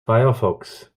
firefox